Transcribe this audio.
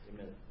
Amen